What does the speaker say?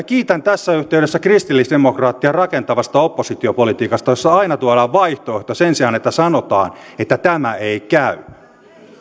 kiitän tässä yhteydessä kristillisdemokraatteja rakentavasta oppositiopolitiikasta jossa aina tuodaan vaihtoehto sen sijaan että sanotaan että tämä ei käy